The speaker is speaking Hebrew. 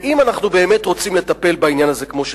אם אנחנו באמת רוצים לטפל בעניין הזה כמו שצריך,